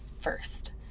first